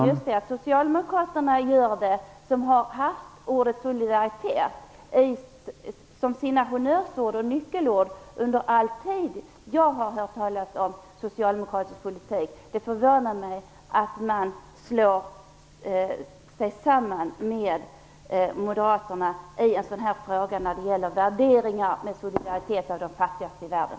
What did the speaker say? Herr talman! Däremot förvånar det mig att Socialdemokraterna, som har haft "solidaritet" som ett av sina honnörs och nyckelord så länge jag hört talas om socialdemokratisk politik, slår sig samman med Moderaterna i en fråga som gäller solidariteten med de fattigaste i världen.